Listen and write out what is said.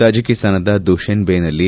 ತಜಿಕಿಸ್ತಾನ್ದ ದುಶನ್ದೇನಲ್ಲಿ